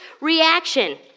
reaction